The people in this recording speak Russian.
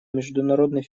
международной